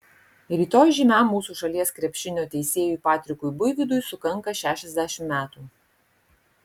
rytoj žymiam mūsų šalies krepšinio teisėjui patrikui buivydui sukanka šešiasdešimt metų